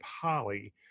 Polly